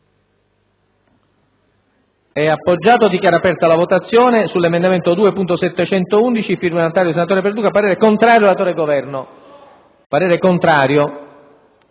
parere contrario.